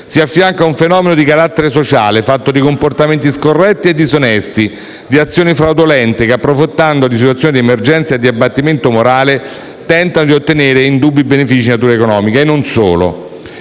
si affianca un fenomeno di carattere sociale fatto di comportamenti scorretti e disonesti e di azioni fraudolente, che, approfittando di situazioni di emergenza e di abbattimento morale, tenta di ottenere indubbi benefici di natura economica, e non solo.